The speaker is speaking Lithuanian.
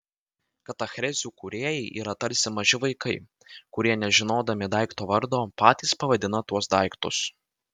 katachrezių kūrėjai yra tarsi maži vaikai kurie nežinodami daikto vardo patys pavadina tuos daiktus